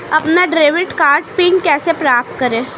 अपना debit card PIN कैसे प्राप्त करें?